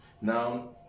Now